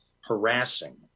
harassing